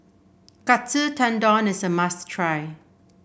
Katsu Tendon is a must try